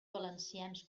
valencians